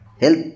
help